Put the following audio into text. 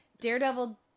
Daredevil